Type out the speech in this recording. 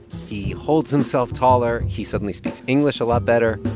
he holds himself taller. he suddenly speaks english a lot better